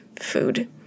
food